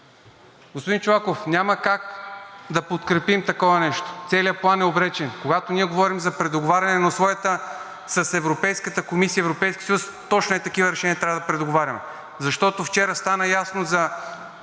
Господин Чолаков, няма как да подкрепим такова нещо – целият план е обречен. Когато ние говорим за предоговаряне на условията с Европейската комисия и Европейския съюз, точно ей такива решения трябва да предоговаряме, защото вчера стана ясно за